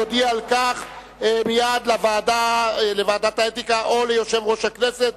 יודיע על כך מייד לוועדת האתיקה או ליושב-ראש הכנסת,